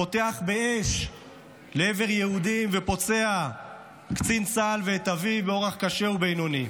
פותח באש לעבר יהודים ופוצע קצין צה"ל ואת אביו באורח קשה ובינוני.